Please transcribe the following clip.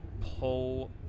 pull